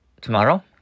tomorrow